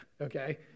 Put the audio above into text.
okay